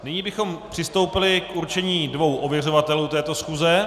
Nyní bychom přistoupili k určení dvou ověřovatelů této schůze.